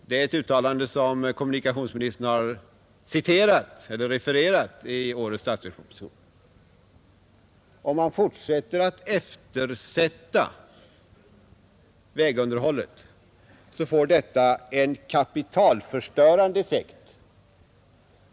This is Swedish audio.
Det är ett uttalande som kommunikationsministern har refererat i årets statsverksproposition.